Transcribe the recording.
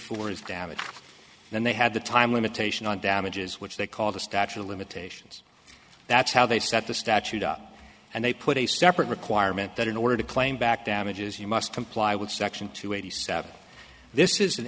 words damn it then they had the time limitation on damages which they call the statute of limitations that's how they set the statute up and they put a separate requirement that in order to claim back damages you must comply with section two eighty seven this is an